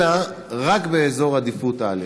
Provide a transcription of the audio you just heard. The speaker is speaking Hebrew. אלא רק באזורי עדיפות א'.